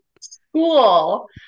School